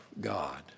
God